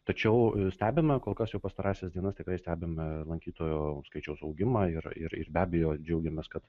tačiau stebime kol kas pastarąsias dienas tikrai stebime lankytojų skaičiaus augimą ir ir ir be abejo džiaugiamės kad